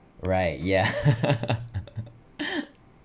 right yeah